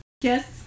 Yes